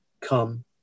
come